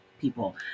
people